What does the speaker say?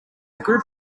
group